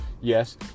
yes